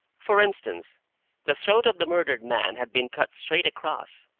for instance the throat of the murdered man had been cut straight across.